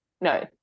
No